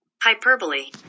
Hyperbole